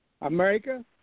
america